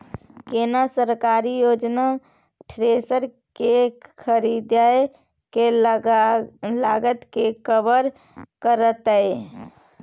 केना सरकारी योजना थ्रेसर के खरीदय के लागत के कवर करतय?